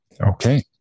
Okay